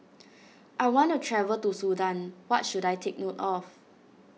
I want to travel to Sudan what should I take note of